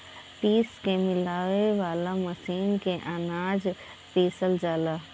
पीस के मिलावे वाला मशीन से अनाज पिसल जाला